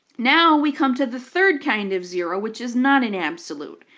now we come to the third kind of zero, which is not an absolute.